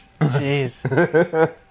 Jeez